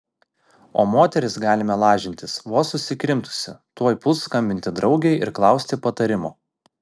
o moteris galime lažintis vos susikrimtusi tuoj puls skambinti draugei ir klausti patarimo